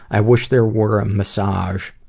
i wish there were a massage,